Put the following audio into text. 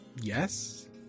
Yes